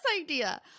idea